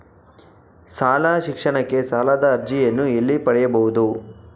ಶಾಲಾ ಶಿಕ್ಷಣಕ್ಕೆ ಸಾಲದ ಅರ್ಜಿಯನ್ನು ಎಲ್ಲಿ ಪಡೆಯಬಹುದು?